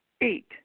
Eight